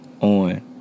On